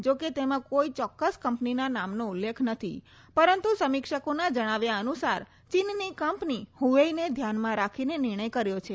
જોકે તેમાં કોઈ ચોક્કસ કંપનીના નામનો ઉલ્લેખ નથી પરંતુ સમીક્ષકોના જણાવ્યા અનુસાર ચીનની કંપની હુવેઈને ધ્યાનમાં રાખીને નિર્ણય કર્યો છે